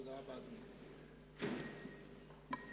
תודה רבה, אדוני.